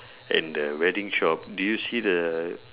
and the wedding shop do you see the